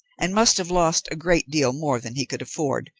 and must have lost a great deal more than he could afford,